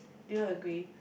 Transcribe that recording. do you agree